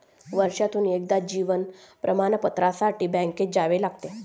वर्षातून एकदा जीवन प्रमाणपत्रासाठी बँकेत जावे लागते